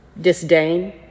disdain